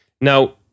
Now